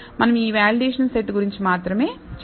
మనం ఈ validation set గురించి మాత్రమే చింతించాలి